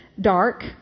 dark